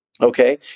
Okay